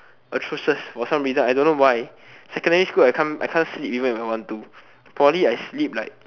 atrocious for some reason I don't know why secondary school I can't I can't sleep even if I want to poly I sleep like